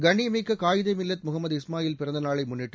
கண்ணியமிக்க காயிதே மில்லத் முகமது இஸ்மாயில் பிறந்த நாளை முன்னிட்டு